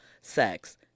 sex